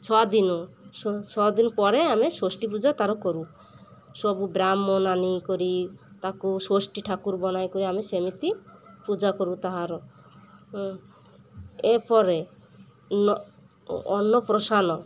ଛଅ ଦିନୁ ଛଅଦିନ ପରେ ଆମେ ଷଷ୍ଠୀ ପୂଜା ତାର କରୁ ସବୁ ବ୍ରାହ୍ମଣ ଆଣିକରି ତାକୁ ଷଷ୍ଠୀ ଠାକୁର ବନାଇ କରି ଆମେ ସେମିତି ପୂଜା କରୁ ତାହାର ପରେ ଅନ୍ନପ୍ରସନ